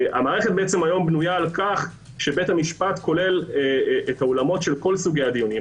המערכת בנויה על כך שבית המשפט כולל את האולמות של כל סוגי הדיונים.